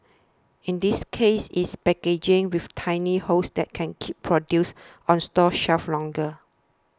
in this case it's packaging with tiny holes that can keep produce on store shelves longer